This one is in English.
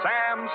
Sam